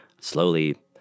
slowly